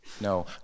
No